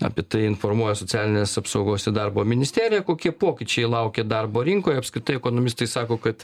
apie tai informuoja socialinės apsaugos ir darbo ministerija kokie pokyčiai laukia darbo rinkoj apskritai ekonomistai sako kad